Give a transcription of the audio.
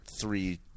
three